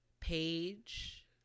page